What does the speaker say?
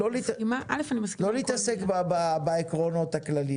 לא להתעסק בעקרונות הכלליים.